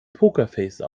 pokerface